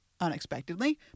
unexpectedly